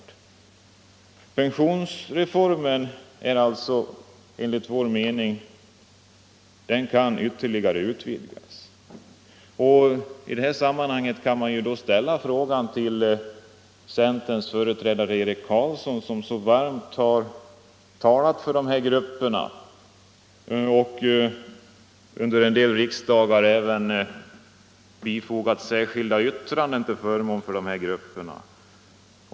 Den nu aktuella pensionsreformen kan alltså enligt vår mening utvidgas. I detta sammanhang kan man ställa en fråga till centerns företrädare Eric Carlsson, som så varmt har talat för dessa grupper och under en del år även avgivit särskilda yttranden till förmån för dem.